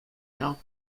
now